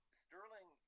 sterling